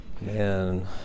man